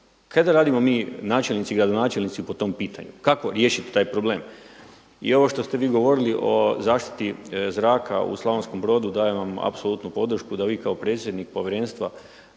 da radimo mi načelnici, gradonačelnici po tom pitanju? Kako riješiti taj problem? I ovo što ste vi govorili o zaštiti zraka u Slavonskom Brodu dajem vam apsolutnu podršku da vi kao predsjednik povjerenstva